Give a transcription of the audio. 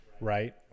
right